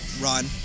run